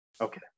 Okay